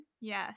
Yes